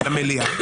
למליאה,